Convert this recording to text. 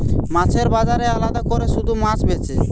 মাছের বাজারে আলাদা কোরে শুধু মাছ বেচে